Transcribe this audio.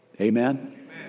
Amen